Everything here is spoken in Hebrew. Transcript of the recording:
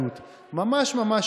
מגיע